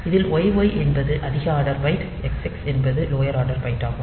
இதில் YY என்பது அதிக ஆர்டர் பைட் XX என்பது லோயர் ஆர்டர் பைட் ஆகும்